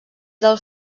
del